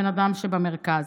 אדם שבמרכז.